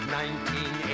1980